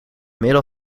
middel